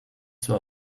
zwar